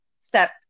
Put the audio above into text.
step